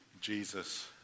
Jesus